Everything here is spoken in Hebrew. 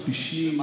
מכפישים?